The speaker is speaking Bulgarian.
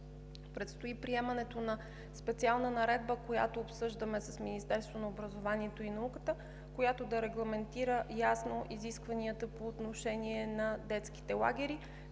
предстои приемането на специална наредба, която обсъждаме с Министерството на образованието и науката, която да регламентира ясно изискванията по отношение на детските лагери,